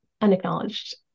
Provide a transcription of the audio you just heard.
unacknowledged